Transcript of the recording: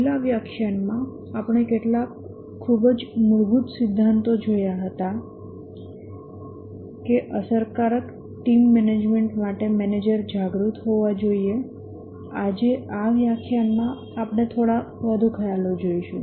છેલ્લા વ્યાખ્યાનમાં આપણે કેટલાક ખૂબ જ મૂળ સિદ્ધાંતો જોયા હતા કે અસરકારક ટીમ મેનેજમેન્ટ માટે મેનેજર જાગૃત હોવા જોઈએ આજે આ વ્યાખ્યાનમાં આપણે થોડા વધુ ખ્યાલો જોશું